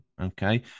okay